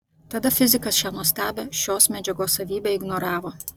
tada fizikas šią nuostabią šios medžiagos savybę ignoravo